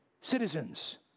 citizens